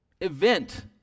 event